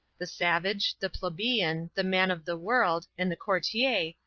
the savage, the plebeian, the man of the world, and the courtier,